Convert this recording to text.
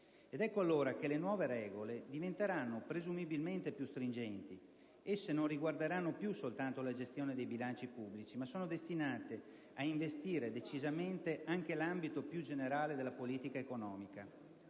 Ecco allora che, le nuove regole diventeranno presumibilmente più stringenti. Esse non riguarderanno più soltanto la gestione dei bilanci pubblici, ma sono destinate ad investire decisamente anche l'ambito più generale della politica economica.